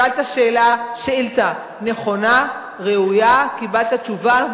שאלת שאילתא נכונה וראויה, וקיבלת תשובה.